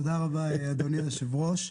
תודה רבה, אדוני היושב-ראש.